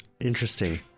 interesting